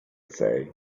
sei